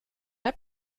der